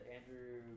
Andrew